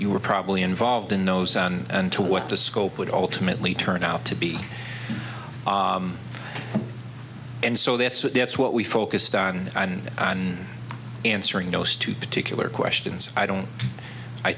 you were probably involved in those on and to what the scope would ultimately turn out to be and so that's what that's what we focused on and on answering those two particular questions i don't i